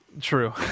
True